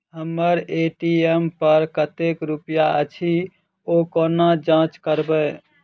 हम्मर ए.टी.एम पर कतेक रुपया अछि, ओ कोना जाँच करबै?